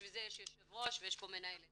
בשביל זה יש יושב ראש ויש פה מנהלת.